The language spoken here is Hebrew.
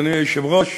אדוני היושב-ראש,